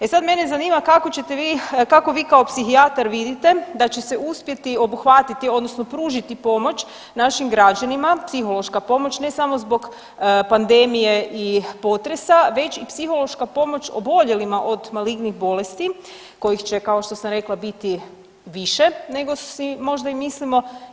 E sad, mene zanima kako ćete vi, kako vi kao psihijatar vidite da će se uspjeti obuhvatiti, odnosno pružiti pomoć našim građanima, psihološka pomoć ne samo zbog pandemije i potresa već i psihološka pomoć oboljelima od malignih bolesti kojih će kao što sam rekla biti više nego si možda i mislimo.